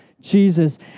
Jesus